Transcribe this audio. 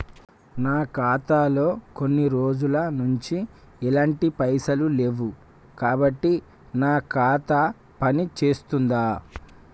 నా ఖాతా లో కొన్ని రోజుల నుంచి ఎలాంటి పైసలు లేవు కాబట్టి నా ఖాతా పని చేస్తుందా?